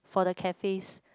for the cafes